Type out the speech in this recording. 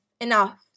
enough